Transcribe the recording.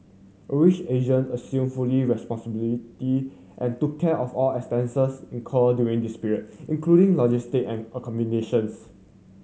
Asia assumed full responsibility and took care of all expenses incurred during this period including logistic and accommodations